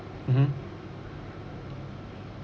mmhmm)